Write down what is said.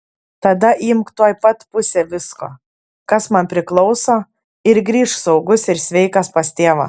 tada imk tuoj pat pusę visko kas man priklauso ir grįžk saugus ir sveikas pas tėvą